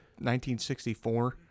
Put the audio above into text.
1964